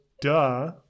duh